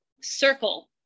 circle